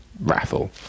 raffle